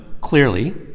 clearly